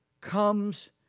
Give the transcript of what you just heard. comes